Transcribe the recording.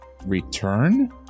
return